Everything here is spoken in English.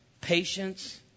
patience